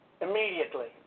immediately